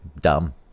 dumb